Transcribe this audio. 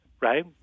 right